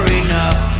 enough